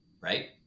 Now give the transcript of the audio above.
Right